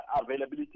availability